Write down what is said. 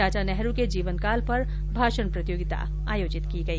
चाचा नेहरू के जीवनकाल पर भाषण प्रतियोगिता आयोजित की गई